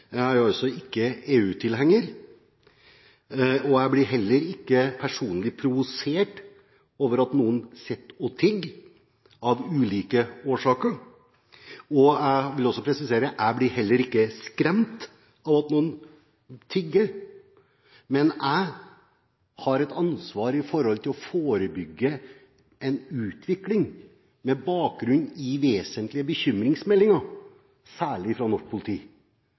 at jeg altså ikke er EU-tilhenger. Jeg blir heller ikke personlig provosert av at noen av ulike årsaker sitter og tigger. Jeg vil også presisere at jeg heller ikke blir skremt av at noen tigger. Men jeg har et ansvar når det gjelder å forebygge en utvikling med bakgrunn i vesentlige bekymringsmeldinger, særlig fra norsk og internasjonalt politi,